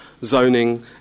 zoning